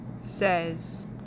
says